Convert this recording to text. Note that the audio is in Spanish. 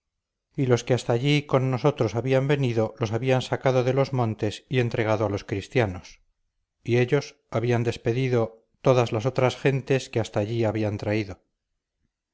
y los que hasta allí con nosotros habían venido los habían sacado de los montes y entregado a los cristianos y ellos habían despedido todas las otras gentes que hasta allí habían traído